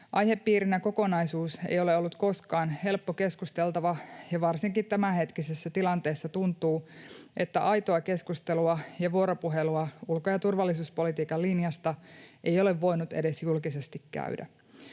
Aihepiirinä kokonaisuus ei ole ollut koskaan helppo keskusteltava, ja varsinkin tämänhetkisessä tilanteessa tuntuu, että aitoa keskustelua ja vuoropuhelua ulko- ja turvallisuuspolitiikan linjasta ei ole voinut edes julkisesti käydä.